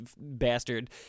bastard